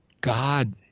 God